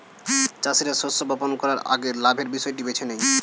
চাষীরা শস্য বপন করার আগে লাভের বিষয়টি বেছে নেয়